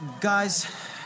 guys